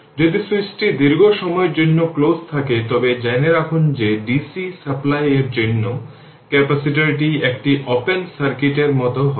যদি সুইচটি দীর্ঘ সময়ের জন্য ক্লোজ থাকে তবে জেনে রাখুন যে ডিসি সাপ্লাই এর জন্য ক্যাপাসিটরটি একটি ওপেন সার্কিটের মতো হবে